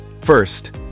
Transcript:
first